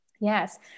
Yes